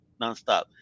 nonstop